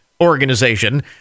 organization